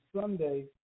Sunday